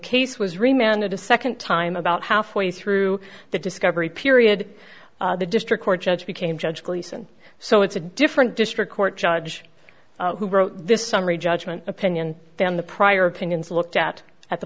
case was remanded a second time about halfway through the discovery period the district court judge became judge gleason so it's a different district court judge who wrote this summary judgment opinion than the prior opinions looked at at the